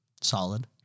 Solid